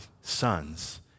sons